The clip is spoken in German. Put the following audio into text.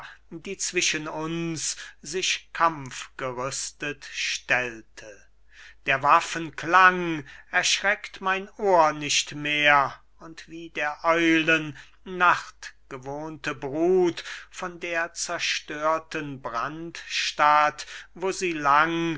die zwischen uns sich kampfgerüstet stellte der waffen klang erschreckt mein ohr nicht mehr und wie der eulen nachtgewohnte brut von der zerstörten brandstatt wo sie lang